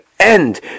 End